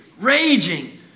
raging